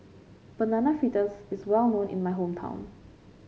Banana Fritters is well known in my hometown